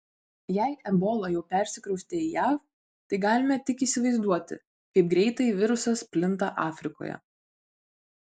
jei ebola jau persikraustė į jav tai galime tik įsivaizduoti kaip greitai virusas plinta afrikoje